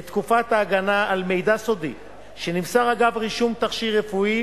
תקופת ההגנה על מידע סודי שנמסר אגב רישום תכשיר רפואי,